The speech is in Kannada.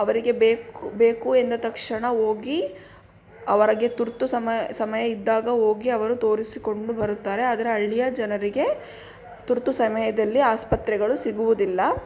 ಅವರಿಗೆ ಬೇಕು ಬೇಕು ಎಂದ ತಕ್ಷಣ ಹೋಗಿ ಅವರಗೆ ತುರ್ತು ಸಮ ಸಮಯ ಇದ್ದಾಗ ಹೋಗಿ ಅವರು ತೋರಿಸಿಕೊಂಡು ಬರುತ್ತಾರೆ ಆದರೆ ಹಳ್ಳಿಯ ಜನರಿಗೆ ತುರ್ತು ಸಮಯದಲ್ಲಿ ಆಸ್ಪತ್ರೆಗಳು ಸಿಗುವುದಿಲ್ಲ